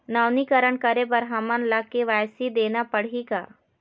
नवीनीकरण करे बर हमन ला के.वाई.सी देना पड़ही का?